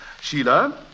Sheila